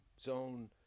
zone